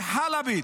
היא חלבית,